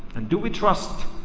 and do we trust,